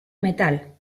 metal